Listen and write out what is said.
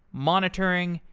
monitoring,